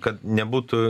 kad nebūtų